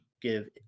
give